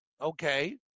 Okay